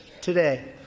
today